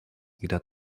wieder